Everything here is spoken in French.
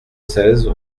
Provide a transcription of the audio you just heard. seize